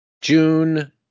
June